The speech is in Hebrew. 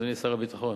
אדוני שר הביטחון,